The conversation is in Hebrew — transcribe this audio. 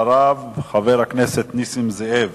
אחריו, חבר הכנסת נסים זאב.